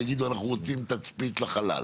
ויגידו "אנחנו רוצים תצפית לחלל".